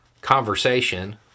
conversation